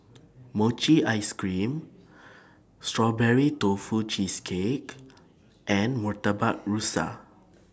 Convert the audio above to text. Mochi Ice Cream Strawberry Tofu Cheesecake and Murtabak Rusa